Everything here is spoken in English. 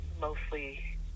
mostly